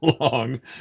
long